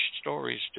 stories